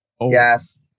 Yes